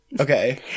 Okay